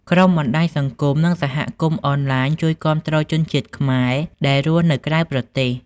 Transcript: ក្រុមបណ្តាញសង្គម និងសហគមន៍អនឡាញជួយគាំទ្រជនជាតិខ្មែរដែលរស់នៅក្រៅប្រទេស។